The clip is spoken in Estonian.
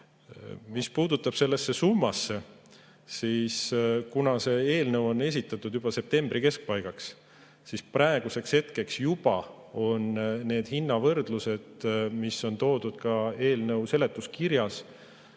Mis puudutab seda summat, siis kuna see eelnõu esitati juba septembri keskpaigas, on praeguseks hetkeks need hinnavõrdlused, mis on toodud eelnõu seletuskirjas,